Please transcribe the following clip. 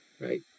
right